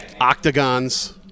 octagons